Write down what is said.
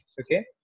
Okay